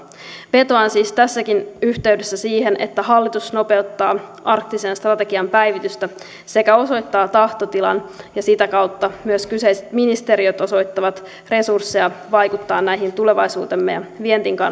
vetoan siis tässäkin yhteydessä siihen että hallitus nopeuttaa arktisen strategian päivitystä sekä osoittaa tahtotilan ja sitä kautta myös kyseiset ministeriöt osoittavat resursseja vaikuttaa näihin tulevaisuutemme ja viennin